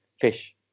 Fish